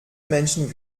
menschen